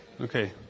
Okay